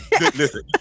Listen